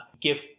give